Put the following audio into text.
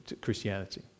Christianity